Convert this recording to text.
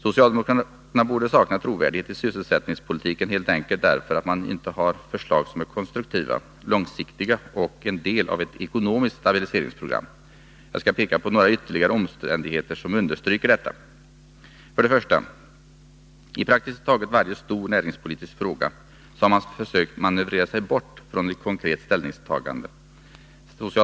Socialdemokraterna borde sakna trovärdighet i sysselsättningspolitiken, helt enkelt därför att de inte har förslag som är konstruktiva, långsiktiga och som är en del av ett ekonomiskt stabiliseringsprogram. Jag skall peka på några ytterligare omständigheter som understryker detta. För det första: I praktiskt taget varje stor näringspolitisk fråga har socialdemokraterna sökt manövrera sig bort från ett konkret ställningstagande.